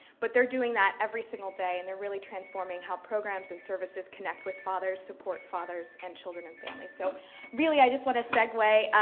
but they're doing that every single day and they're really transforming how programs and services connect with fathers, support fathers and children and families. so really i just want to segue.